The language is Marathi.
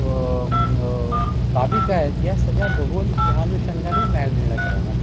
व बाबी काय आहेत या सगळ्या बघून त्या अनुषंगानेच न्याय निर्णय करावा